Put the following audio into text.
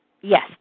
Yes